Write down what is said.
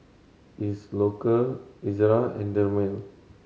Isocal Ezerra and Dermale